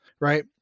right